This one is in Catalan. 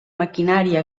maquinària